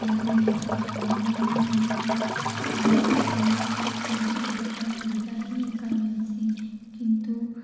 କିନ୍ତୁ ନିଜ ଗାଁରେ ମଧ୍ୟ ସେଇ ପ୍ରକାର ସୁବିଧା ଥିଲେ ବହୁତ ପ୍ରକାର ସୁବିଧା ହିଁ ଏକା ମିଲ୍ସି କିନ୍ତୁ